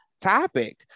topic